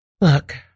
Look